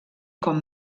com